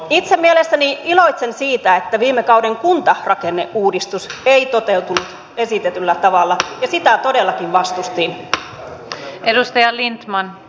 itse iloitsen siitä että viime kauden kuntarakenneuudistus ei toteutunut esitetyllä tavalla ja sitä todellakin vastustin